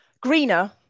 Greener